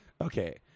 Okay